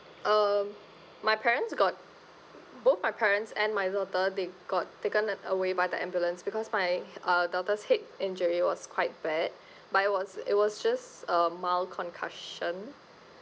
um my parents got both my parents and my daughter they got taken away by the ambulance because my uh daughter's head injury was quite bad but it was it was just a mild concussion